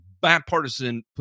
bipartisan